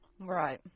Right